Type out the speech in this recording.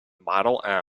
model